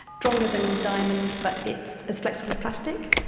stronger than diamond, but it's as flexible as plastic.